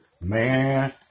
man